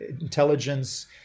intelligence